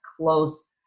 close